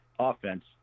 offense